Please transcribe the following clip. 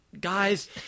guys